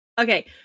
Okay